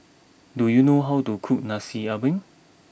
do you know how to cook Nasi Ambeng